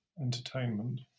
entertainment